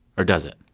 or does it?